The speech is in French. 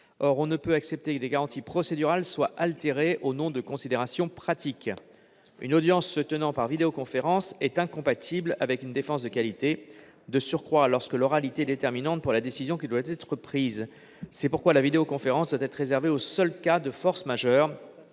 Or on ne peut accepter que des garanties procédurales soient altérées au nom de considérations pratiques. Une audience se tenant par vidéoconférence est incompatible avec une défense de qualité, de surcroît lorsque l'oralité est déterminante pour la décision qui doit être prise. C'est pourquoi la vidéoconférence doit être réservée aux seuls cas de force majeure,